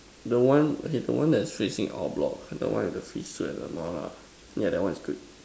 the one okay the one that is facing out block that out face street the one yeah that one is good